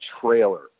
trailer